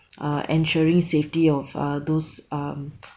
uh ensuring safety of uh those um